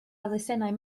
elusennau